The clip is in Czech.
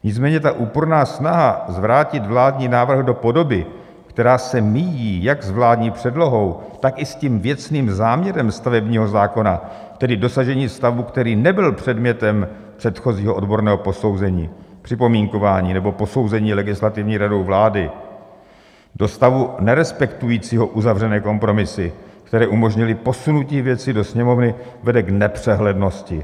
Nicméně ta úporná snaha zvrátit vládní návrh do podoby, která se míjí jak s vládní předlohou, tak i s věcným záměrem stavebního zákona, tedy dosažení stavu, který nebyl předmětem předchozího odborného posouzení, připomínkování nebo posouzení Legislativní radou vlády, do stavu nerespektujícího uzavřené kompromisy, které umožnily posunutí věci do Sněmovny, vede k nepřehlednosti.